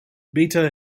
beta